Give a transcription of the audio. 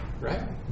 Right